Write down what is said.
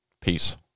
Peace